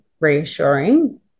reassuring